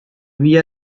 mila